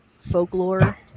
folklore